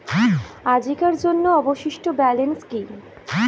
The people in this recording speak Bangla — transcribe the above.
আজিকার জন্য অবশিষ্ট ব্যালেন্স কি?